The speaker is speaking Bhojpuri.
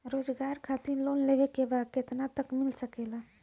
रोजगार खातिर लोन लेवेके बा कितना तक मिल सकेला?